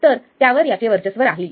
तर त्यावर याचे वर्चस्व राहील